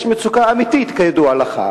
יש מצוקה אמיתית, כידוע לך,